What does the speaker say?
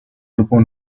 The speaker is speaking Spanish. grupo